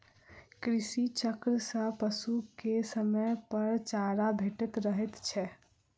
कृषि चक्र सॅ पशु के समयपर चारा भेटैत रहैत छै